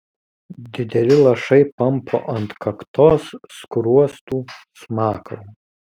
dideli lašai pampo ant kaktos skruostų smakro